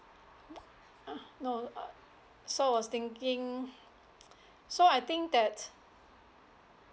ah no uh so I was thinking so I think that